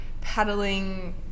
paddling